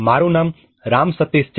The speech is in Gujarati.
મારું નામ રામ સતીશ છે